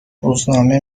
روزنامه